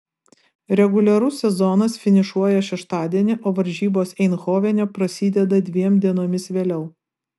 reguliarus sezonas finišuoja šeštadienį o varžybos eindhovene prasideda dviem dienomis vėliau